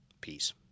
Peace